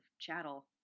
chattel